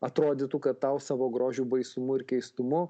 atrodytų kad tau savo grožiu baisumu ir keistumu